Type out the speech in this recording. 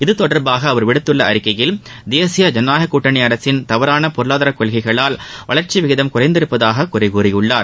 இத்தொடர்பாக அவர் விடுத்துள்ள அறிக்கையில் தேசிய ஜனநாயக கூட்டணி அரசின் தவறான பொருளாதார கொள்கைகளால் வளர்ச்சி விகிதம் குறைந்துள்ளதாக குறை கூறியுள்ளார்